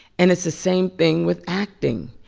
and it's the same thing with acting.